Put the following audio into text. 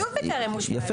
כתוב בטרם אושפז.